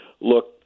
look